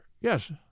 yes